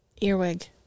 Earwig